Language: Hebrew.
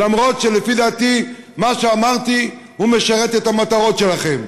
אף שלפי דעתי מה שאמרתי משרת את המטרות שלכם.